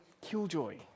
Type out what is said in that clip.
killjoy